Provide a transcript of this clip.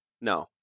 No